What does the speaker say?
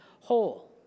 whole